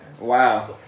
Wow